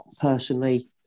personally